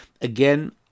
Again